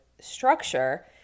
structure